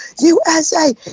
USA